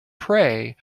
pray